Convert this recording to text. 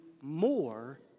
more